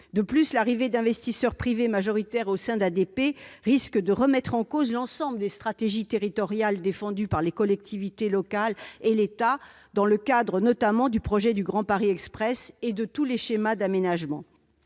De plus, l'arrivée d'investisseurs privés majoritaires au sein du capital d'ADP risque de remettre en cause l'ensemble des stratégies territoriales défendues par les collectivités locales et l'État dans le cadre du projet du Grand Paris Express et de tous les schémas d'aménagement.